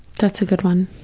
that's a good one.